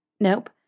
Nope